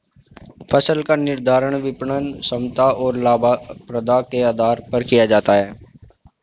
फसल का निर्धारण विपणन क्षमता और लाभप्रदता के आधार पर किया जाता है